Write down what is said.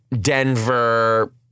denver